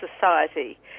society